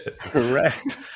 Correct